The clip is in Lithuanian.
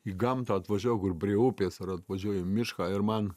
į gamtą atvažiau kur prie upės ar atvažiuoju į mišką ir man